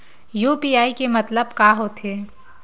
UPI के मतलब का होथे?